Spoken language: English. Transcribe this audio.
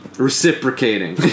reciprocating